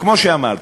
כמו שאמרתי,